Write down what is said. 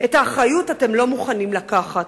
את האחריות אתם לא מוכנים לקחת,